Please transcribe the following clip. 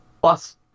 Plus